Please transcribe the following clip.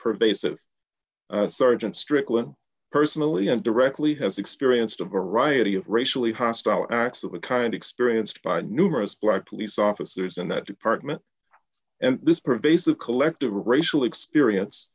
pervasive sergeant strickland personally and directly has experienced a variety of racially hostile acts of the kind experienced by numerous black police officers in that department and this pervasive collective racial experience